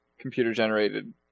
computer-generated